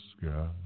sky